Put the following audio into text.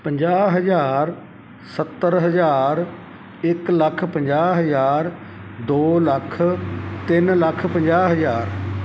ਪੰਜਾਹ ਹਜ਼ਾਰ ਸੱਤਰ ਹਜ਼ਾਰ ਇੱਕ ਲੱਖ ਪੰਜਾਹ ਹਜ਼ਾਰ ਦੋ ਲੱਖ ਤਿੰਨ ਲੱਖ ਪੰਜਾਹ ਹਜ਼ਾਰ